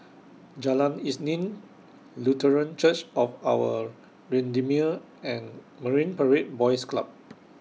Jalan Isnin Lutheran Church of Our Redeemer and Marine Parade Boys Club